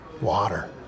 Water